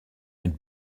and